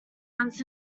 once